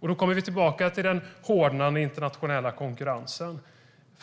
Det för oss tillbaka till den hårdnande internationella konkurrensen.